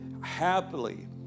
happily